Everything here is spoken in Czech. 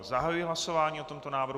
Zahajuji hlasování o tomto návrhu.